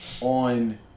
on